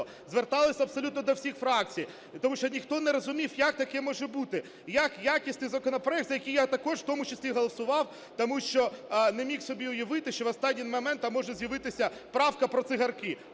зверталися абсолютно до всіх фракцій, тому що ніхто не зрозумів, як таке може бути, якісний законопроект, за який я також в тому числі голосував, тому що не міг собі уявити, що в останній момент там може з'явитися правка про цигарки.